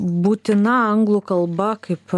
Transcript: būtina anglų kalba kaip